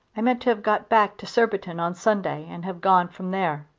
i meant to have got back to surbiton's on sunday and have gone from there.